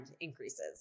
increases